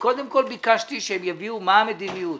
קודם כול ביקשתי שהם יביאו מה המדיניות.